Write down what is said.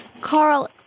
Carl